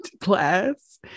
class